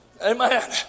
Amen